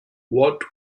what